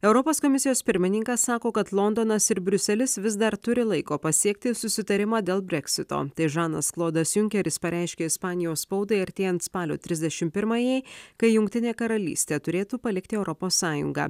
europos komisijos pirmininkas sako kad londonas ir briuselis vis dar turi laiko pasiekti susitarimą dėl brexito tai žanas klodas junkeris pareiškė ispanijos spaudai artėjant spalio trisdešimt pirmajai kai jungtinė karalystė turėtų palikti europos sąjungą